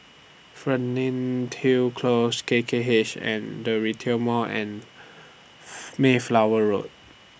Fernhill Close K K H and The Retail Mall and Mayflower Road